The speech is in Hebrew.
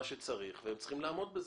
הם צריכים לעמוד בזה.